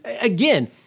Again